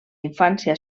infància